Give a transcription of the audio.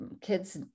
kids